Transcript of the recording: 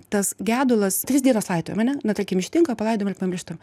tas gedulas trys dienos laidojimo ane na tarkim ištinka palaidojam ir pamirštam